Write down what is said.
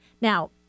Now